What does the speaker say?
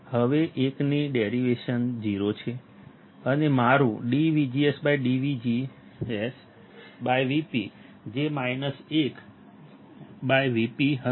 હવે 1 ની ડેરિવેશન 0 છે અને મારું dVGSdVGS Vp જે 1Vpહશે